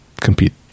compete